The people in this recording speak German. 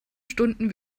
stunden